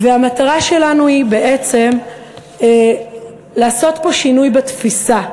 המטרה שלנו היא בעצם לעשות פה שינוי בתפיסה,